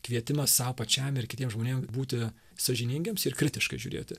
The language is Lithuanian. kvietimas sau pačiam ir kitiem žmonėm būti sąžiningiems ir kritiškai žiūrėti